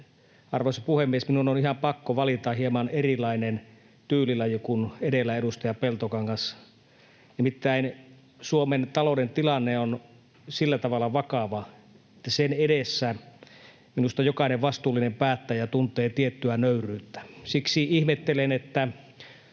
arvoisa puhemies, minun on ihan pakko valita hieman erilainen tyylilaji kuin edellä edustaja Peltokankaalla. Nimittäin Suomen talouden tilanne on sillä tavalla vakava, että sen edessä minusta jokainen vastuullinen päättäjä tuntee tiettyä nöyryyttä. Siksi ihmettelen, että